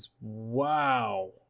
Wow